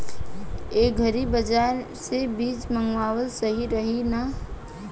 Agri Bazaar से बीज मंगावल सही रही की ना?